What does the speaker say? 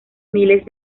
miles